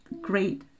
great